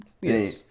Yes